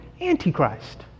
Antichrist